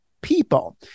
people